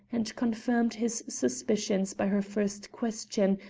and confirmed his suspicions by her first question,